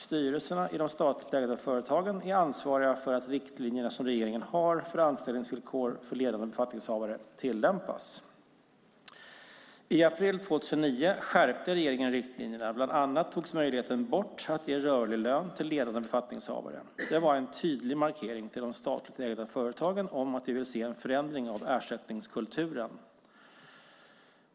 Styrelserna i de statligt ägda företagen är ansvariga för att regeringens riktlinjer för anställningsvillkor för ledande befattningshavare tillämpas. I april 2009 skärpte regeringen riktlinjerna. Bland annat togs möjligheten bort att ge rörlig lön till ledande befattningshavare. Det var en tydlig markering till de statligt ägda företagen om att vi ville se en förändring av ersättningskulturen.